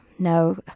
no